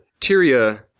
Tyria